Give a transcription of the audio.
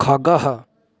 खगः